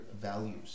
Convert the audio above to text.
values